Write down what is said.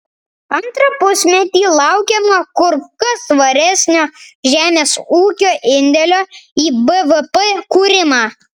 antrą pusmetį laukiama kur kas svaresnio žemės ūkio indėlio į bvp kūrimą